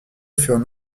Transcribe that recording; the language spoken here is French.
furent